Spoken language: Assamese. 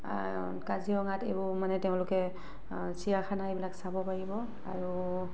কাজিৰঙাত এইবোৰ মানে তেওঁলোকে চিৰিয়াখানা এইবিলাক চাব পাৰিব আৰু